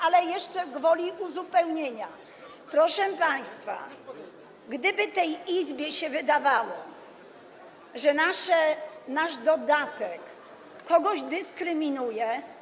Ale jeszcze gwoli uzupełnienia: proszę państwa, gdyby tej Izbie się wydawało, że nasz dodatek kogoś dyskryminuje.